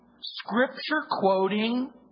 Scripture-quoting